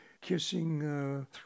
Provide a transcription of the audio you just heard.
kissing